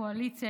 קואליציה,